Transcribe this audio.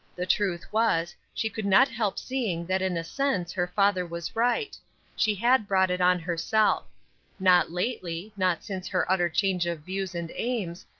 the truth was, she could not help seeing that in a sense her father was right she had brought it on herself not lately, not since her utter change of views and aims,